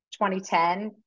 2010